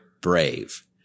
brave